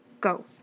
Go